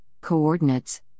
coordinates